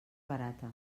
barata